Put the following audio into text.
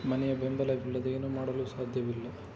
ಮನೆಯ ಬೆಂಬಲವಿಲ್ಲದೆ ಏನೂ ಮಾಡಲು ಸಾಧ್ಯವಿಲ್ಲ